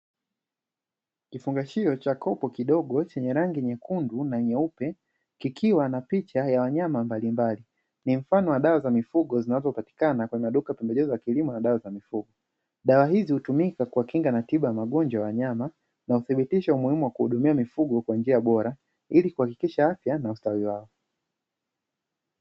Kifungashio cha koto cheny rangi yekundu na nyeupe kikiwa na picha ya wanyama mbalimbali, ni mfano wa dawa za mifugo ambazo zinazopatikana kwenye maduka ya pembejeo za kilimo dawa za mifugo. Dawa hizi hutumika kuwakinga magojwa wanyama na uthibitisho muhimu wa kuhudumia mifugo kwa njia bora ilikuhakikisha afya na ustawi wao.